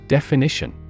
Definition